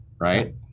right